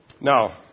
now